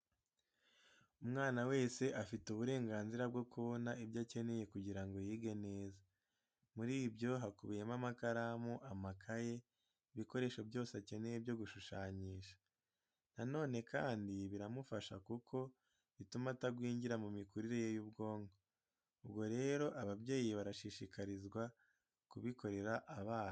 Umwana wese afite uburenganzira bwo kubona ibyo akeneye kugira ngo yige neza. Muri byo hakubiyemo amakaramu, amakaye, ibikoresho byose akeneye byo gushushanyisha. Na none kandi biramufasha kuko bituma atagwingira mu mikurire ye y'ubwonko. Ubwo rero ababyeyi barashishikarizwa kubikorera abana.